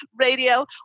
radio